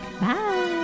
bye